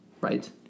Right